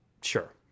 Sure